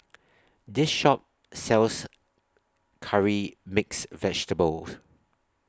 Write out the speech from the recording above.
This Shop sells Curry Mixed Vegetables